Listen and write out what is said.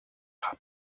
have